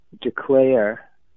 declare